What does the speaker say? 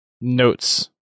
notes